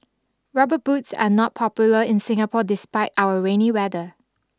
rubber boots are not popular in Singapore despite our rainy weather